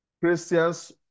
Christians